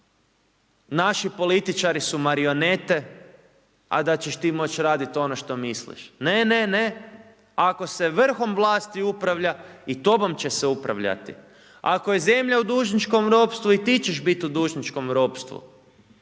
naši političari su marionete a da ćeš ti moći raditi ono što misliš. Ne, ne, ne, ako se vrhom vlasti upravlja, i tobom će se upravljati. Ako je zemlja u dužničkom ropstvu, i ti ćeš biti u dužničkom ropstvu.